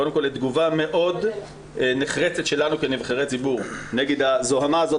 לתגובה מאוד נחרצת שלנו כנבחרי ציבור נגד הזוהמה הזאת